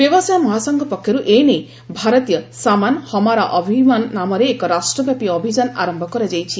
ବ୍ୟବସାୟ ମହାସଂଘ ପକ୍ଷରୁ ଏ ନେଇ 'ଭାରତୀୟ ସାମାନ୍ ହମାରା ଅଭିମାନ୍ ନାମରେ ଏକ ରାଷ୍ଟ୍ରବ୍ୟାପୀ ଅଭିଯାନ ଆରମ୍ଭ କରାଯାଇଛି